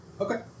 Okay